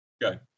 Go